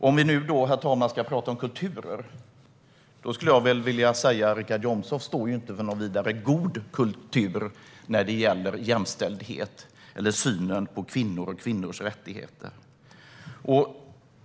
Om vi nu, herr talman, ska tala om kulturer skulle jag vilja säga att Richard Jomshof inte står för någon vidare god kultur när det gäller jämställdhet eller synen på kvinnor och kvinnors rättigheter.